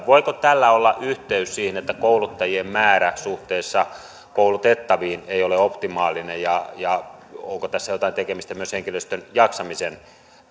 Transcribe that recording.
voiko tällä olla yhteys siihen että kouluttajien määrä suhteessa koulutettaviin ei ole optimaalinen ja ja onko tässä jotain tekemistä myös henkilöstön jaksamisen